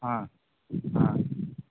हाँ हाँ